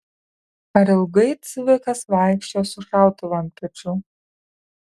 ar ilgai cvikas vaikščiojo su šautuvu ant pečių